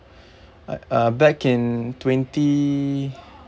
I uh back in twenty